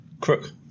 crook